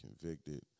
convicted